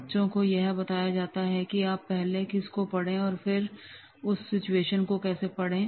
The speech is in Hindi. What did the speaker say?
बच्चों को यह बताया जाता है कि आप पहले किस को पढ़े और फिर उसकी सिचुएशन को पढ़ें